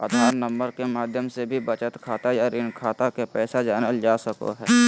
आधार number के माध्यम से भी बचत खाता या ऋण खाता के पैसा जानल जा सको हय